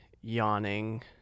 yawning